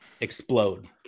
explode